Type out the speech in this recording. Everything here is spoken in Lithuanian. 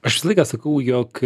aš visą laiką sakau jog